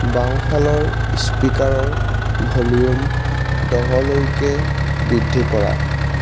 বাওঁফালৰ স্পিকাৰৰ ভ'ল্যুম দহলৈকে বৃদ্ধি কৰা